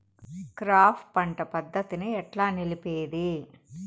Crop పంట పద్ధతిని ఎట్లా నిలిపేది?